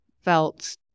felt